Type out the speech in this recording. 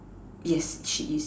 yes she is